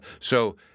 so